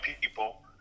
people